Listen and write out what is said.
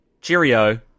Cheerio